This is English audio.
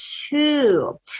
two